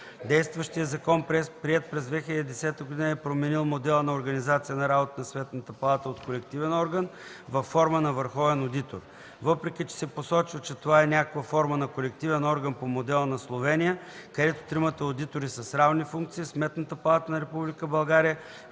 Действащият закон, приет през 2010 г., е променил модела на организация на работата на Сметната палата от колективен орган във форма на върховен одитор. Въпреки че се посочва, че това е някаква форма на колективен орган по модела на Словения, където тримата одитори са с равни функции, в